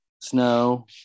Snow